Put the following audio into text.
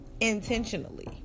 intentionally